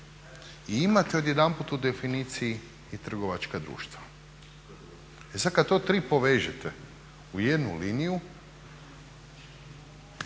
i imate odjedanput u definiciji i trgovačka društva. E sad kad to troje povežete u jednu liniju